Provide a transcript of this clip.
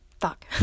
fuck